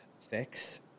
fix